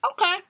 Okay